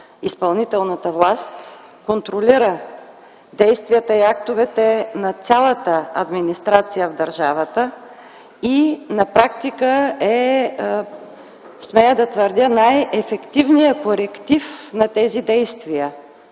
изпълнителната власт, контролира действията и актовете на цялата администрация в държавата и на практика е, смея да твърдя, най-ефективният коректив на тези действия,